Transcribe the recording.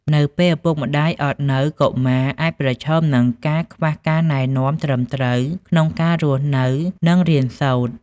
នៅពេលឪពុកម្ដាយអត់នៅ កុមារអាចប្រឈមនឹងការខ្វះការណែនាំត្រឹមត្រូវក្នុងការរស់នៅ និងរៀនសូត្រ។